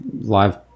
live